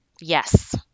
yes